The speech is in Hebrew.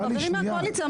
חברי מהקואליציה,